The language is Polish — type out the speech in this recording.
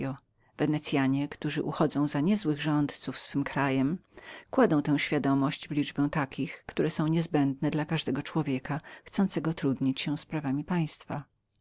wenecyanie którzy uchodzą za nie złych rządców swym krajem kładą tę świadomość w liczbę niezbędnych dla każdego człowieka chcącego trudnić się sprawami państwa